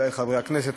מכובדי חברי הכנסת,